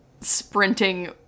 sprinting